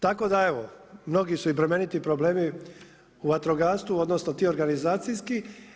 Tako da evo mnogi su i bremeniti problemi u vatrogastvu odnosno ti organizacijski.